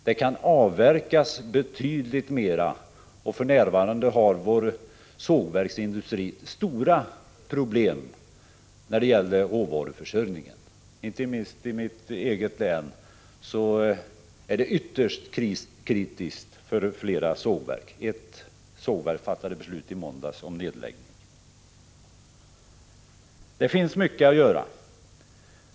Det kan avverkas betydligt mera, och för närvarande har sågverksindustrin stora problem med råvaruförsörjningen. I mitt eget län är det ytterst kritiskt för flera sågverk. Ett sågverk fattade beslut om nedläggning i måndags. Så det finns mycket att göra.